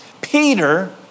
Peter